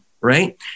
right